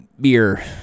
beer